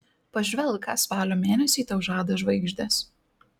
pažvelk ką spalio mėnesiui tau žada žvaigždės